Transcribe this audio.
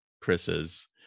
Chris's